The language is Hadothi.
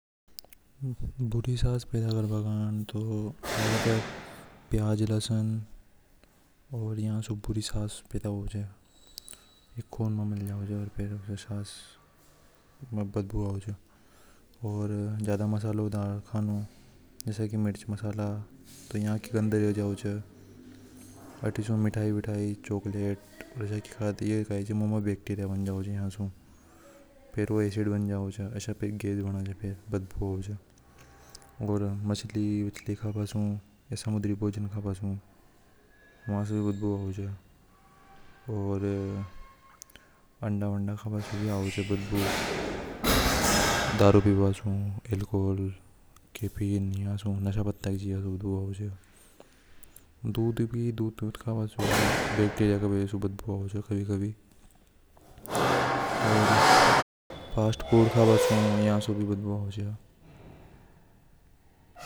﻿बुरी सांस पैदा करवा कंजे प्याज लहसुन और यहां से बुरी सांस पैदा हो जाए। और ज्यादा मसाले डर खानों जैसा की मिर्च मसाला तो यहां के अंदर हो जाओ। मिठाई विठाई चॉकलेट एसे बैक्टीरिया बन जावे च। एसिड बन जावे च। ओर मछली वछली काबा सु समुद्री भोजन खवा सु व से नहीं बदबू आवे च। आरंडा वांडा काबा सु भी आवे च बदबू। दारू पीना सु एल्कोहोल आशय की जीजा से भी आवे से बदबू। दूध पी दूध पी बा से बैक्टीरिया की वजह से आवे च बदबू। ओर फास्टफूड काबा से या से भी आवे च बदबू।